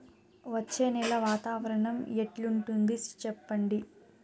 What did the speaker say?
వచ్చే నెల వాతావరణం ఎట్లుంటుంది చెప్పండి?